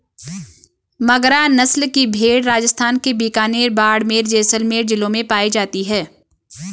मगरा नस्ल की भेंड़ राजस्थान के बीकानेर, बाड़मेर, जैसलमेर जिलों में पाई जाती हैं